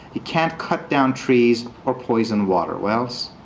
you can't cut down trees or poison water wells.